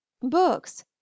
Books